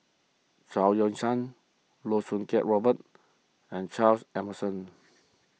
Chao Yoke San Loh Choo Kiat Robert and Charles Emmerson